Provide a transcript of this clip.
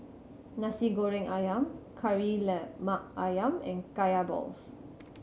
Nasi Goreng Ayam Kari Lemak Ayam and Kaya balls